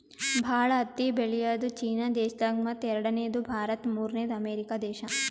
ಭಾಳ್ ಹತ್ತಿ ಬೆಳ್ಯಾದು ಚೀನಾ ದೇಶದಾಗ್ ಮತ್ತ್ ಎರಡನೇದು ಭಾರತ್ ಮೂರ್ನೆದು ಅಮೇರಿಕಾ ದೇಶಾ